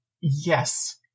yes